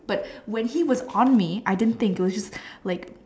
but when he was on me I didn't think it was just like